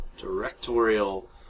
directorial